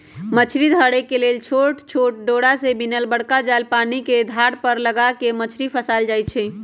मछरी धरे लेल छोट छोट डोरा से बिनल बरका जाल पानिके धार पर लगा कऽ मछरी फसायल जाइ छै